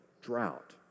drought